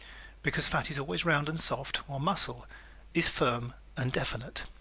because fat is always round and soft while muscle is firm and definite.